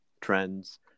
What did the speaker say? trends